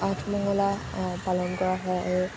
আঠমঙলা পালন কৰা হয় আৰু